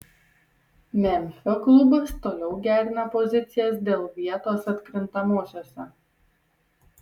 memfio klubas toliau gerina pozicijas dėl vietos atkrintamosiose